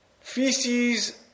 Feces